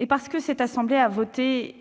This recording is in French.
-et parce que votre assemblée a voté,